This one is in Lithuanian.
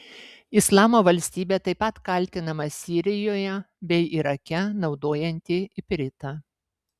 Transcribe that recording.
islamo valstybė taip pat kaltinama sirijoje bei irake naudojanti ipritą